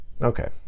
okay